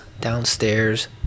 downstairs